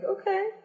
okay